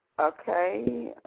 Okay